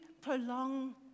prolong